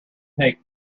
take